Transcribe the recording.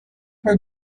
her